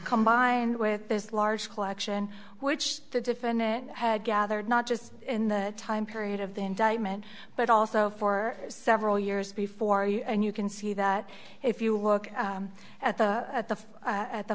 combined with this large collection which the defendant had gathered not just in the time period of the indictment but also for several years before you and you can see that if you look at the at the at the